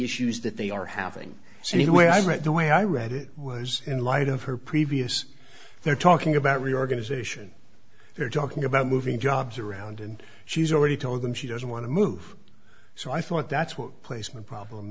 issues that they are having so the way i read the way i read it was in light of her previous they're talking about real organization they're talking about moving jobs around and she's already told them she doesn't want to move so i thought that's what placement problem